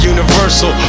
Universal